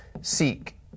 seek